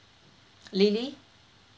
lily